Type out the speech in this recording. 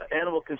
animal